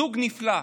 זוג נפלא,